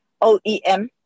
OEM